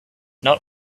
not